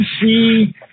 see